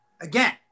again